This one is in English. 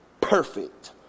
perfect